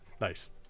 Nice